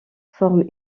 forme